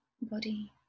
body